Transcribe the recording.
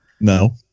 No